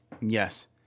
Yes